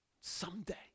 Someday